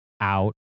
out